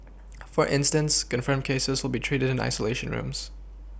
for instance confirmed cases will be treated in isolation rooms